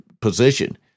position